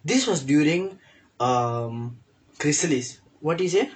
this was during um chrysalis what did you say